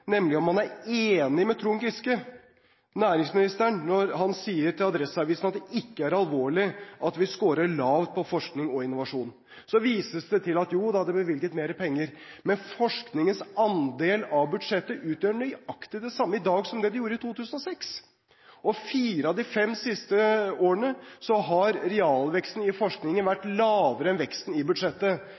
nemlig om han er enig med næringsminister Trond Giske som sier til Adresseavisen at det ikke er alvorlig at vi skårer lavt på forskning og innovasjon. Så vises det til at joda, det blir bevilget mer penger. Men forskningens andel av budsjettet utgjør nøyaktig det samme i dag som det den gjorde i 2006, og i fire av de fem siste årene har realveksten i forskningen vært lavere enn veksten i budsjettet.